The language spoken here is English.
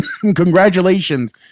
Congratulations